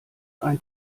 ein